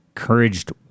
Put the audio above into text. encouraged